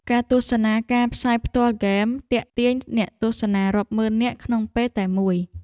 ការទស្សនាការផ្សាយផ្ទាល់ហ្គេម ទាក់ទាញអ្នកទស្សនារាប់ម៉ឺននាក់ក្នុងពេលតែមួយ។